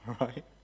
right